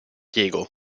diego